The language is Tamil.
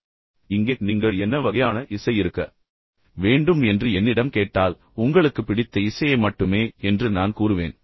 பின்னர் இங்கே நீங்கள் என்ன வகையான இசை இருக்க வேண்டும் என்று என்னிடம் கேட்டால் உங்களுக்கு பிடித்த இசையை மட்டுமே என்று நான் கூறுவேன்